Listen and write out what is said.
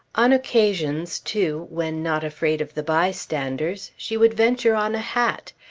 on occasions too, when not afraid of the bystanders, she would venture on a hat,